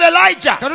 Elijah